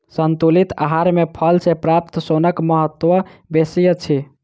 संतुलित आहार मे फल सॅ प्राप्त सोनक महत्व बेसी अछि